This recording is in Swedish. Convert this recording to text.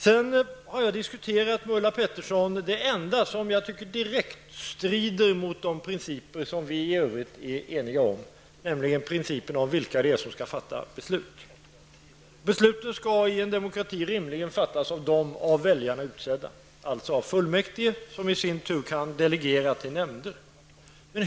Jag har diskuterat med Ulla Pettersson och det enda som jag tycker direkt strider mot de principer som vi i övrigt är eniga om, nämligen principen om vilka det är som skall fatta beslut. Besluten i en demokrati skall rimligen fattas av dem som väljarna utsett, dvs. av fullmäktige. De kan i sin tur delegera till nämnder.